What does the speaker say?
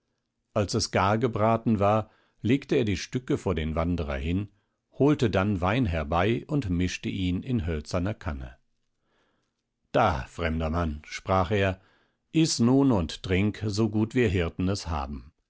als es gar gebraten war legte er die stücke vor den wanderer hin holte dann wein herbei und mischte ihn in hölzerner kanne da fremder mann sprach er iß nun und trink so gut wir hirten es haben